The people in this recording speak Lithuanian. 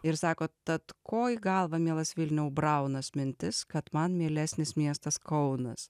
ir sakot tad ko į galvą mielas vilniau braunas mintis kad man mielesnis miestas kaunas